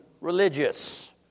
religious